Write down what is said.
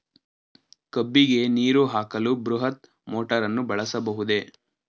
ಕಬ್ಬಿಗೆ ನೀರು ಹಾಕಲು ಬೃಹತ್ ಮೋಟಾರನ್ನು ಬಳಸಬಹುದೇ?